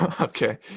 Okay